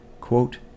Quote